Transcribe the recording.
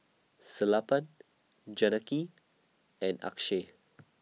Sellapan Janaki and Akshay